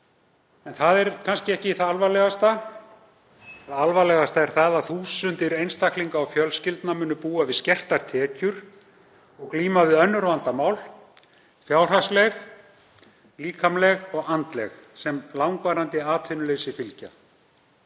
Það er kannski ekki það alvarlegasta, það alvarlegasta er að þúsundir einstaklinga og fjölskyldna munu búa við skertar tekjur og glíma við önnur vandamál, fjárhagsleg, líkamleg og andleg, sem fylgja langvarandi atvinnuleysi.